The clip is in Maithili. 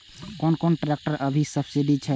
कोन कोन ट्रेक्टर अभी सब्सीडी छै?